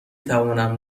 توانم